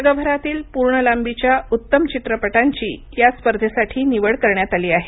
जगभरातील पूर्ण लांबीच्या उत्तम चित्रपटांची या स्पर्धेसाठी निवड करण्यात आली आहे